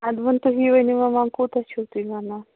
ادٕ وۄنۍ تُہی ؤنِو وۄنی تُہی کوٗتاہ چھِو ونان